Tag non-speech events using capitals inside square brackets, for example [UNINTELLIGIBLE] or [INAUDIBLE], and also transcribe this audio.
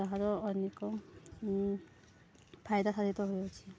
ତାହାର ଅନେକ ଫାଇଦା [UNINTELLIGIBLE] ହୋଇଅଛି